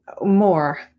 more